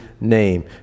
name